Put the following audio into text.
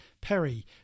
Perry